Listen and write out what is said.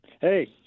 Hey